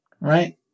right